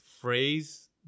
phrase